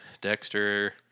Dexter